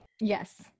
Yes